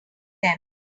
them